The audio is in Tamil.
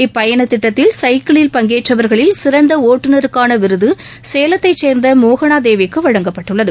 இப்பயணதிட்டத்தில் சைக்கிளில் பங்கேற்றவர்களில் சிறந்தஒட்டுநருக்கானவிருதுசேலத்தைச் சேர்ந்தமோகனாதேவிக்குவழங்கப்பட்டுள்ளது